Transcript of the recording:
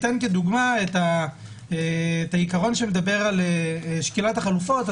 אתן כדוגמה את העיקרון שמדבר על שקילת החלופות.